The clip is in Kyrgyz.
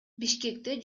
бишкекте